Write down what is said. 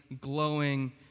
glowing